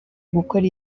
gukora